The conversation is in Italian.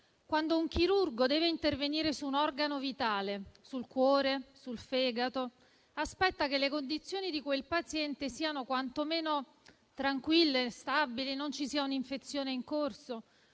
Quando un chirurgo deve intervenire su un organo vitale - sul cuore, sul fegato - aspetta che le condizioni di quel paziente siano quantomeno tranquille e stabili e non ci sia un'infezione in corso.